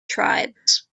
tribes